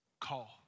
call